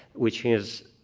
which is